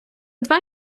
два